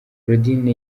claudine